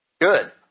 good